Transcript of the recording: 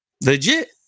Legit